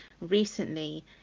recently